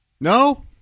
no